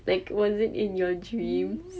like was it in your dreams